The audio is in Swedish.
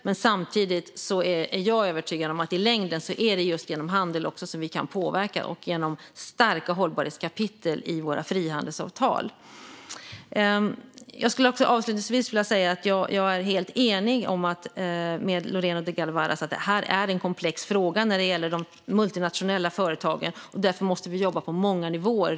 Men jag är övertygad om att i längden är det just genom handel som vi kan påverka och genom starka hållbarhetskapitel i våra frihandelsavtal. Avslutningsvis vill jag säga att jag är helt enig med Lorena Delgado Varas om att de multinationella företagen är en komplex fråga. Därför måste vi jobba på många nivåer.